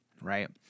right